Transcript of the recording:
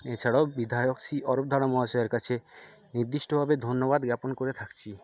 এছাড়াও বিধায়ক শ্রী অরুপ ধাড়া মহাশয়ের কাছে নির্দিষ্টভাবে ধন্যবাদ জ্ঞাপন করে থাকছি